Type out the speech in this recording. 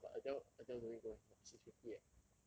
no lah but adele adele don't need go eh her she's fifty eh